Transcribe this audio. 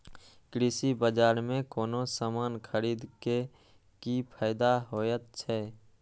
कृषि बाजार में कोनो सामान खरीदे के कि फायदा होयत छै?